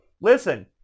Listen